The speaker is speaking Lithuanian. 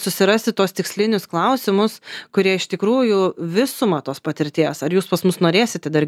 susirasti tuos tikslinius klausimus kurie iš tikrųjų visumą tos patirties ar jūs pas mus norėsite dar